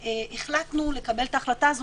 והחלטנו לקבל את ההחלטה הזאת,